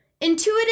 Intuitive